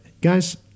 guys